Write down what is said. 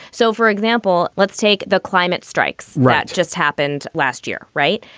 so, for example, let's take the climate strikes. ratch just happened last year, right?